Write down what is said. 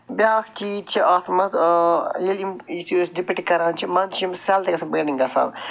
بیٛاکھ چیٖز چھُ اَتھ منٛز ییٚلہِ یِم یہِ چھِ أسۍ ڈِپَکٹ کَران چھِ منٛزٕ چھِ یِم سیل تہِ پینٛٹِنٛگ گژھان